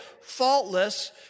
faultless